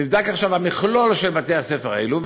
המכלול של בתי-הספר האלה,